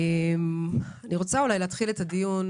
אני רוצה להתחיל את הדיון